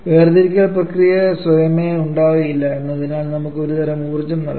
വേർതിരിക്കൽ പ്രക്രിയ സ്വയമേവ ഉണ്ടാകില്ല എന്നതിനാൽ നമുക്ക് ഒരുതരം ഊർജ്ജം നൽകണം